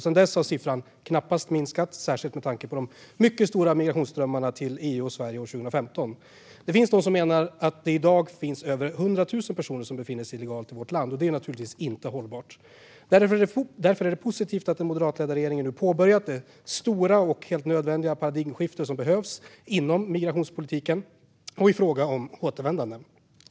Sedan dess har siffran knappast minskat, särskilt med tanke på de mycket stora migrationsströmmarna till EU och Sverige 2015. Det finns de som menar att över 100 000 personer i dag befinner sig illegalt i vårt land, och det är naturligtvis inte hållbart. Därför är det positivt att den moderatledda regeringen nu påbörjat det stora och helt nödvändiga paradigmskifte som behövs inom migrationspolitiken och i fråga om återvändande.